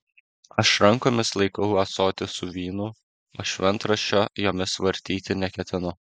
aš rankomis laikau ąsotį su vynu o šventraščio jomis vartyti neketinu